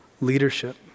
leadership